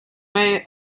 way